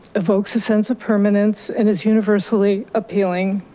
evokes a sense of permanence and it's universally appealing.